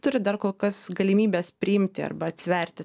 turi dar kol kas galimybės priimti arba atsiverti